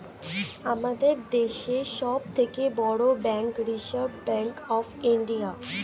আমাদের দেশের সব থেকে বড় bank reserve bank of India